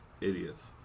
Idiots